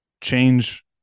change